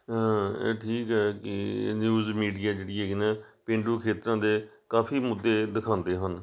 ਹਾਂ ਇਹ ਠੀਕ ਹੈ ਕਿ ਨਿਊਜ਼ ਮੀਡੀਆ ਜਿਹੜੀ ਹੈਗੀ ਨਾ ਪੇਂਡੂ ਖੇਤਰਾਂ ਦੇ ਕਾਫੀ ਮੁੱਦੇ ਦਿਖਾਉਂਦੇ ਹਨ